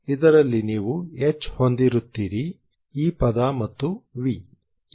ಇದರಲ್ಲಿ ನೀವು H ಹೊಂದಿರುತ್ತೀರಿ ಈ ಪದ ಮತ್ತು V